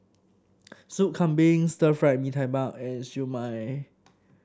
Soup Kambing Stir Fried Mee Tai Mak and Siew Mai